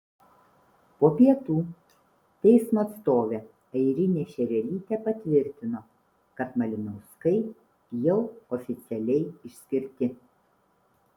po pietų teismo atstovė airinė šerelytė patvirtino kad malinauskai jau oficialiai išskirti